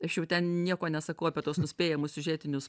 aš jau ten nieko nesakau apie tuos nuspėjamus siužetinius